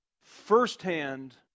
firsthand